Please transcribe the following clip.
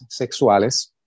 sexuales